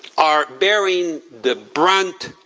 are bearing the brunt,